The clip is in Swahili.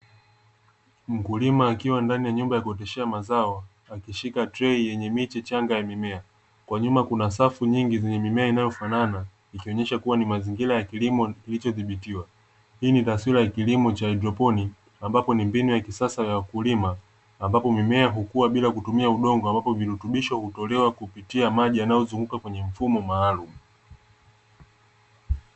Mkulima akiwa ndani ya nyumba ya kuoteshea mazao, akishika trei ya miche changa ya mimea, kwa nyuma kuna safu nyingi ya mimea zinayofanana ikionesha kuwa ni mazingira ya kilimo kilichodhibitiwa. Hii ni taswira ya kilimo ya haidroponi ambapo ni mbinu ya kisasa ya wakulima, ambapo mimea hukua bila kutumia udongo ambapo virutubisho hutolewa kupitia maji yanayozunguka kwenye mfumo maalumu.